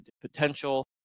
potential